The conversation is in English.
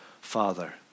Father